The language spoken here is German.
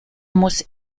muss